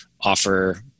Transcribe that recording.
offer